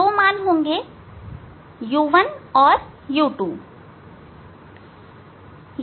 जो u1 और u2 है